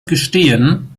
gestehen